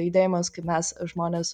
judėjimas kaip mes žmonės